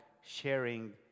sharing